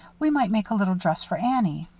we might make a little dress for annie.